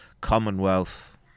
commonwealth